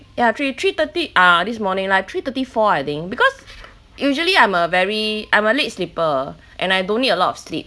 ya three three thirty ah this morning like three thirty four I think because usually I'm a very I'm a late sleeper and I don't need a lot of sleep